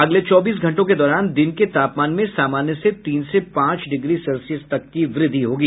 अगले चौबीस घंटों के दौरान दिन के तापमान में सामान्य से तीन से पांच डिग्री सेल्सियस तक की वृद्धि होगी